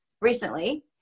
recently